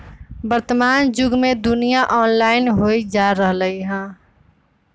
वर्तमान जुग में दुनिया ऑनलाइन होय जा रहल हइ